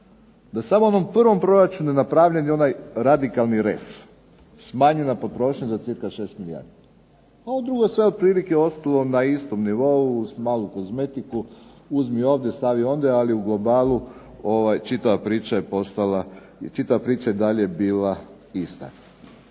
da samo u onom prvom proračunu napravljen je onaj radikalni rez, smanjena potrošnja za cirka 6 milijardi, a ovo drugo sve otprilike ostalo na istom nivou, uz malu kozmetiku, uzmi ovdje, stavi ondje, ali u globalu čitava priča je postala, čitava priča je i dalje bila ista.